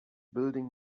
building